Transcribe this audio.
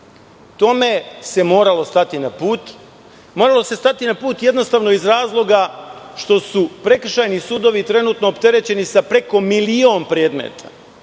Tome se moralo stati na put. Moralo se stati na put jednostavno iz razloga što su prekršajni sudovi trenutno opterećeni sa preko milion predmeta.